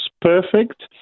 perfect